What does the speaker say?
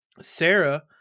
Sarah